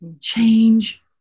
Change